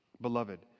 Beloved